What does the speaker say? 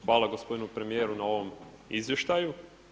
Hvala gospodinu premijeru na ovom izvještaju.